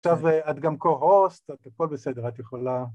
עכשיו את גם כו-הוסט, את, הכל בסדר, את יכולה...